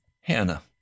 Hannah